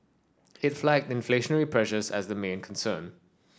it flagged inflationary pressures as a main concern